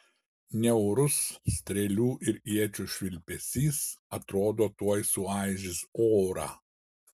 niaurus strėlių ir iečių švilpesys atrodo tuoj suaižys orą